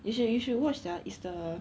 you should you should watch sia is the